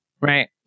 right